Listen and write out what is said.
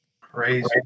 Crazy